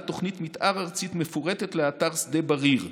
תוכנית מתאר ארצית מפורטת לאתר שדה בריר.